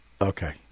Okay